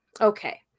okay